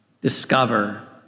discover